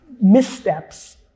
missteps